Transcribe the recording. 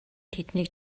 тэднийг